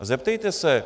Zeptejte se...